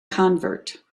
convert